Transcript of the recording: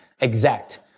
exact